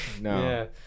no